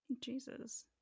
jesus